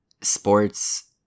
sports